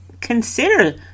consider